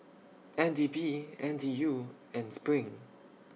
N D P N T U and SPRING